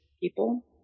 people